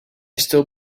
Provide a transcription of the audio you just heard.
still